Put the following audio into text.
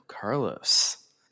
Carlos